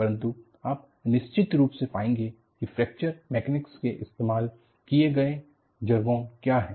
परंतु आप निश्चित रूप से पाएंगे कि फ्रैक्चर मैकेनिक में इस्तेमाल किये गए जर्गों क्या है